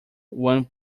one